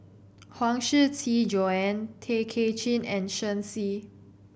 Huang Shiqi Joan Tay Kay Chin and Shen Xi